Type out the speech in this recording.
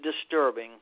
disturbing